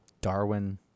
Darwin